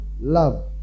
Love